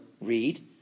read